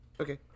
Okay